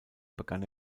begann